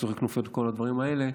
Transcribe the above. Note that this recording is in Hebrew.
סכסוכי כנופיות וכל הדברים האלה,